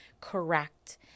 correct